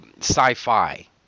sci-fi